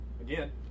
Again